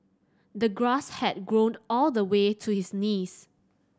the grass had grown all the way to his knees